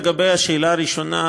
לשאלה הראשונה,